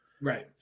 right